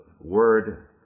word